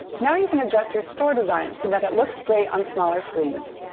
now you can adjust your store design so that it looks great on smaller screens.